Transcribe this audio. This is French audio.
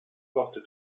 porte